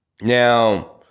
Now